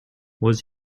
was